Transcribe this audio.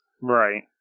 Right